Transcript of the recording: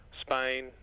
Spain